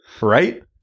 Right